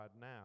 now